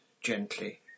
gently